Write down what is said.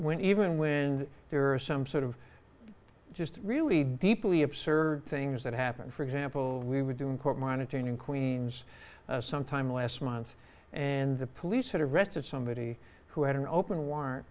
when even when there are some sort of just really deeply absurd things that happen for example we would do in court monotone in queens sometime last month and the police had arrested somebody who had an open war